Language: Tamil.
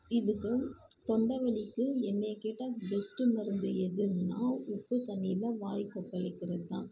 இதுக்கு தொண்டை வலிக்கு என்னை கேட்டால் பெஸ்ட்டு மருந்து எதுன்னால் உப்பு தண்ணியில் வாய் கொப்பளிக்கிறது தான்